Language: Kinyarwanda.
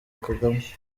kagame